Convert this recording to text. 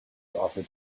offered